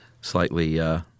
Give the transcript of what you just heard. slightly